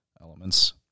elements